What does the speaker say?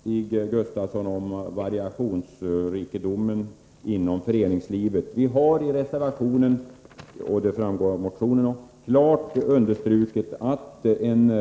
Stig Gustafsson talar om variationsrikedomen inom föreningslivet. Vi har i reservationen — och det framgår också av motionen — klart understrukit att en